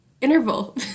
Interval